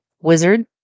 Wizard